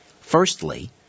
Firstly